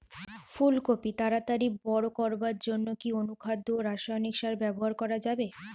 ফুল কপি তাড়াতাড়ি বড় করার জন্য কি অনুখাদ্য ও রাসায়নিক সার ব্যবহার করা যাবে?